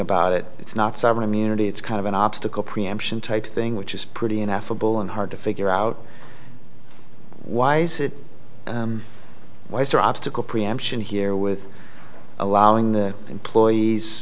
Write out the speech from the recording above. about it it's not sovereign immunity it's kind of an obstacle preemption type thing which is pretty ineffable and hard to figure out why is it wiser obstacle preemption here with allowing the employees